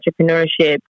entrepreneurship